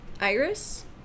Iris